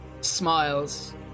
smiles